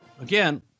Again